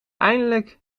eindelijk